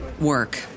work